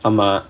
ஆமா:aamaa